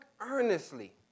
earnestly